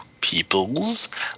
peoples